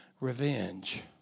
revenge